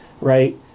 right